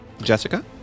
Jessica